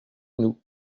nous